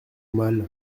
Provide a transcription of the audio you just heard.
mal